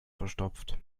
verstopft